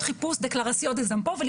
לכל